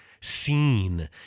seen